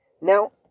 Now